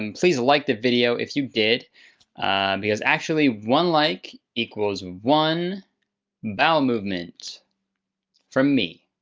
um please like the video if you did because actually one like equals one bowel movement from me,